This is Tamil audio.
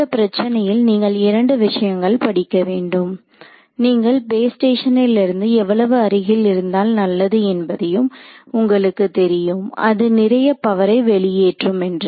இந்த பிரச்சனையில் நீங்கள் இரண்டு விஷயங்களை படிக்க வேண்டும் நீங்கள் பேஸ் ஸ்டேஷனிலிருந்து எவ்வளவு அருகில் இருந்தால் நல்லது என்பதையும் உங்களுக்கு தெரியும் அது நிறைய பவரை வெளியேற்றும் என்று